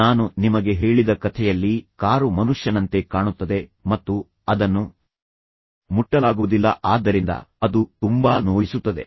ನಾನು ನಿಮಗೆ ಹೇಳಿದ ಕಥೆಯಲ್ಲಿ ಕಾರು ಮನುಷ್ಯನಂತೆ ಕಾಣುತ್ತದೆ ಮತ್ತು ಅದನ್ನು ಮುಟ್ಟಲಾಗುವುದಿಲ್ಲ ಆದ್ದರಿಂದ ಅದು ತುಂಬಾ ನೋಯಿಸುತ್ತದೆ